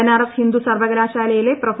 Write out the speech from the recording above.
ബനാറസ് ഹിന്ദു സർവകല്മ്ശാല്യിലെ പ്രൊഫ